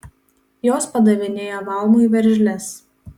jos padavinėja valmui veržles